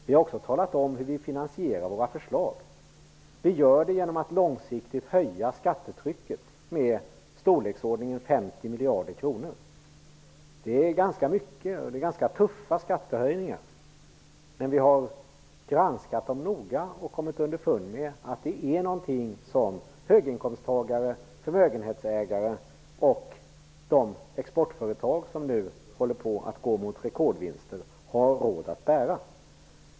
Vi har också talat om hur vi finansierar våra förslag. Vi gör det genom att långsiktigt höja skattetrycket med i storleksordningen 50 miljarder kronor. Det är ganska mycket. Det är tuffa skattehöjningar. Vi har granskat dem noga och kommit underfund med att det är någonting som höginkomsttagare, förmögenhetsägare och de exportföretag som nu går mot rekordvinster har råd att bära.